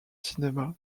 cinéma